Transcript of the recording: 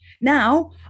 Now